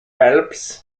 phelps